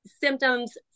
symptoms